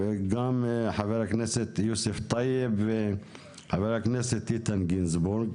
וגם חה"כ יוסף טייב וחה"כ איתן גינזבורג.